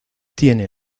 tiene